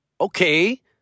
Okay